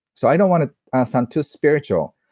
so, i don't want to ask. i'm too spiritual.